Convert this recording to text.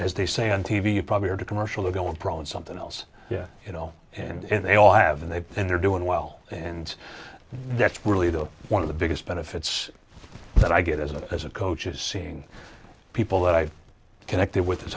as they say on t v you probably are to commercial are going pro and something else yeah you know and they all have and they've and they're doing well and that's really the one of the biggest benefits that i get as a as a coach is seeing people that i've connected with his